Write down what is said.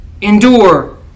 endure